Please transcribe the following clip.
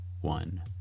one